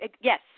yes